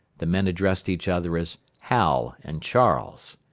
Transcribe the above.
the men addressed each other as hal and charles.